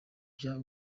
bya